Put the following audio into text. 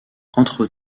entre